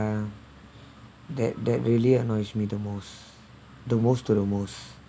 that that really annoys me the most the most to the most